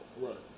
Right